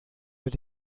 wird